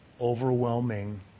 overwhelming